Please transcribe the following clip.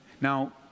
Now